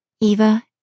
Eva